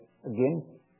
Again